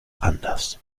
anders